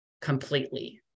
completely